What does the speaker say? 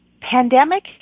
pandemic